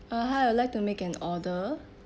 uh hi I would like to make an order